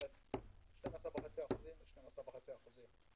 12.5% זה 12.5%,